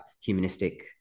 humanistic